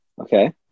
Okay